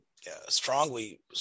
strongly